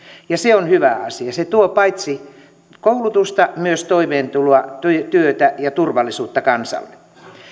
ja se on hyvä asia se tuo paitsi koulutusta myös toimeentuloa työtä ja turvallisuutta kansalle